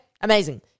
amazing